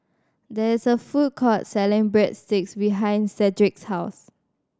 there is a food court selling Breadsticks behind Sedrick's house